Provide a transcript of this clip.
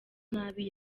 nabi